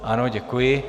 Ano, děkuji.